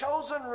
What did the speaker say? chosen